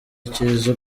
icyiza